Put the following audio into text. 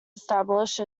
establish